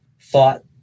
thought